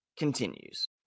continues